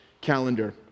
calendar